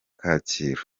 kacyiru